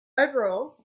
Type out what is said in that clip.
overall